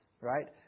right